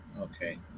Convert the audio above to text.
Okay